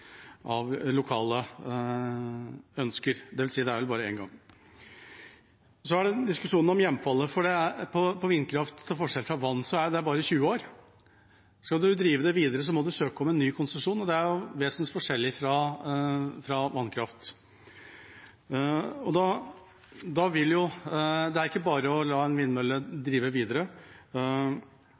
av lokale ønsker – det er vel bare én gang. Så er det diskusjonen om hjemfallet på vindkraft, til forskjell fra på vannkraft – det er bare 20 år. Skal en drive det videre, må en søke om ny konsesjon, det er vesensforskjellig fra vannkraft. Det er ikke bare å la en vindmølle drive videre,